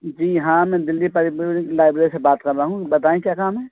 جی ہاں میں Delhi public library سے بات کر رہا ہوں بتائیں کیا کام ہے